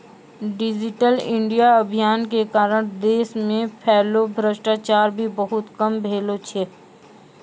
digital India अभियान के कारण देश मे फैल्लो भ्रष्टाचार भी बहुते कम भेलो छै